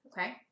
Okay